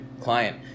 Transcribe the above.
client